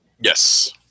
Yes